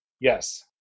Yes